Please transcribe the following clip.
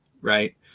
right